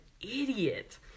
idiot